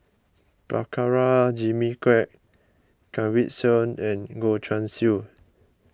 Prabhakara Jimmy Quek Kanwaljit Soin and Goh Guan Siew